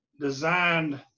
designed